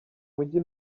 mujyi